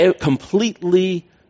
completely